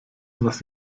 was